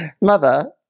Mother